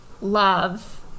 love